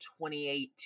2018